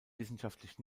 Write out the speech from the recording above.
wissenschaftlich